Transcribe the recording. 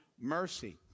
mercy